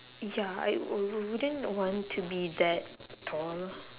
ya I wou~ wouldn't want to be that tall